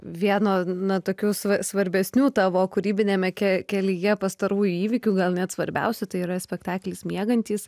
vieno na tokių svarbesnių tavo kūrybiniame kelyje pastarųjų įvykių gal net svarbiausia tai yra spektaklis miegantys